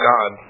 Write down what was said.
God